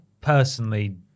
personally